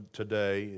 today